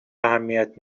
اهمیت